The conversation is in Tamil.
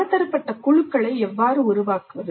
பலதரப்பட்ட குழுக்களை எவ்வாறு உருவாக்குவது